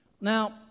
Now